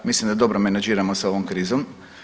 Mislim da dobro menađiramo sa ovom krizom.